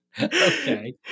Okay